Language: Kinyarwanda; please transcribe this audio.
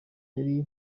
yari